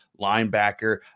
linebacker